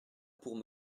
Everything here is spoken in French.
pour